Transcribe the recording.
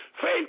Faith